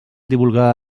divulgar